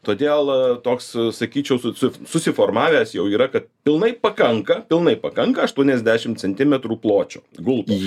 todėl toks sakyčiau susi susiformavęs jau yra kad pilnai pakanka pilnai pakanka aštuoniasdešimt centimetrų pločio gulto